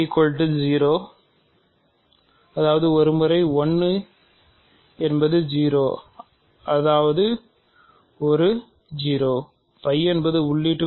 0 அதாவது ஒரு முறை 1 என்பது 0 அதாவது ஒரு 0